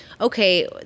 okay